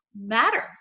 matter